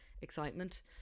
excitement